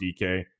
DK